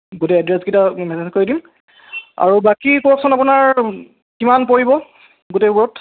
গোটেই এড্ৰেছকেইটা মেচেজ কৰি দিম আৰু বাকী কওকচোন আপোনাৰ কিমান পৰিব গোটেইবোৰত